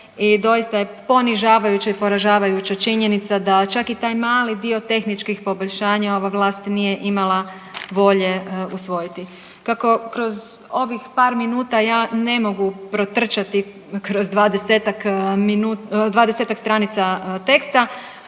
i doista je ponižavajuća i poražavajuća činjenica da čak i taj mali dio tehničkih poboljšanja ova vlast nije imala volje usvojiti. Kako kroz ovih par minuta ja ne mogu protrčati kroz 20-tak stranica teksta